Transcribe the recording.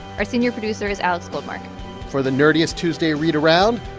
our senior producer is alex goldmark for the nerdiest tuesday read around,